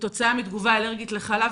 כתוצאה מתגובה אלרגית לחלב,